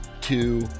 two